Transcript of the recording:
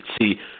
See